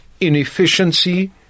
inefficiency